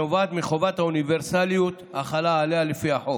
הנובעת מחובת האוניברסליות החלה עליה לפי החוק.